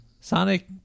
sonic